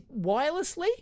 wirelessly